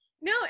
No